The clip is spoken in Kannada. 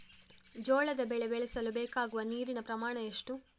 ಜೋಳದ ಬೆಳೆ ಬೆಳೆಸಲು ಬೇಕಾಗುವ ನೀರಿನ ಪ್ರಮಾಣ ಎಷ್ಟು?